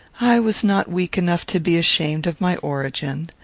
i was not weak enough to be ashamed of my origin.